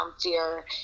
Fear